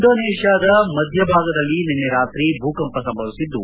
ಇಂಡೋನೇಷ್ಟಾದ ಮಧ್ಯಭಾಗದಲ್ಲಿ ನಿನ್ನೆ ಭಾರೀ ಭೂಕಂಪ ಸಂಭವಿಸಿದ್ದು